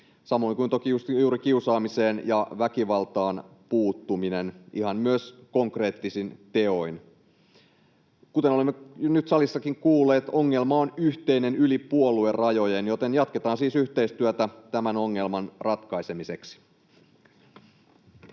samoin kuin toki juuri kiusaamiseen ja väkivaltaan puuttuminen ihan myös konkreettisin teoin. Kuten olemme nyt salissakin kuulleet, ongelma on yhteinen yli puoluerajojen, joten jatketaan siis yhteistyötä tämän ongelman ratkaisemiseksi.